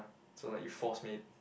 so like you force me